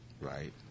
right